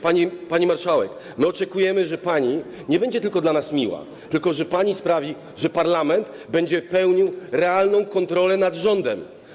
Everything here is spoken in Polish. Pani marszałek, my oczekujemy, że pani nie będzie tylko dla nas miła, tylko że pani sprawi, że parlament będzie sprawował realną kontrolę nad rządem.